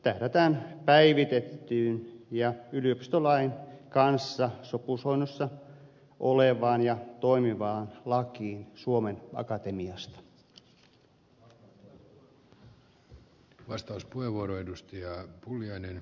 tähdätään päivitettyyn ja yliopistolain kanssa sopusoinnussa olevaan ja toimivaan lakiin suomen akatemiasta